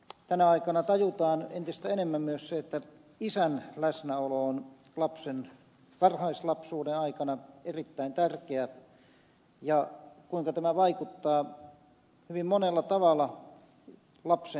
tänä aikana tajutaan entistä enemmän myös se että isän läsnäolo on lapsen varhaislapsuuden aikana erittäin tärkeää ja se vaikuttaa hyvin monella tavalla lapsen kehitykseen